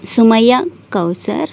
Sumayya Kausar